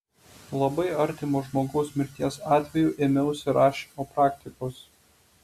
labai artimo žmogaus mirties atveju ėmiausi rašymo praktikos